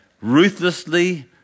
ruthlessly